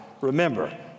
remember